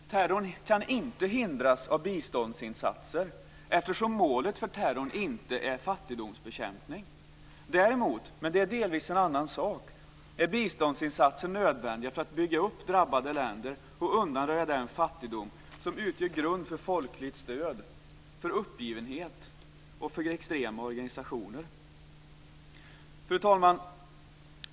Terrorn kan inte hindras av biståndsinsatser, eftersom målet för terrorn inte är fattigdomsbekämpning. Däremot, men det är delvis en annan sak, är biståndsinsatser nödvändiga för att bygga upp drabbade länder och undanröja den fattigdom som utgör grund för folkligt stöd, för uppgivenhet och för extrema organisationer. Fru talman!